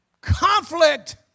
conflict